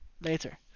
Later